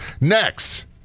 Next